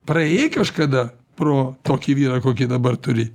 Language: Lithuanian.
praėjai kažkada pro tokį vyrą kokį dabar turi